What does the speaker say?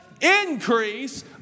increase